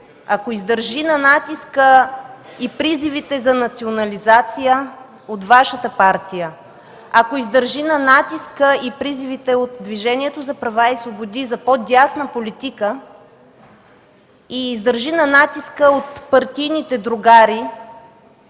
ако издържи на натиска и призивите за национализация от Вашата партия, ако издържи на натиска и призивите от Движението за права и свободи за по-дясна политика и издържи на натиска от партийните другари